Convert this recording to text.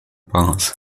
bars